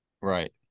Right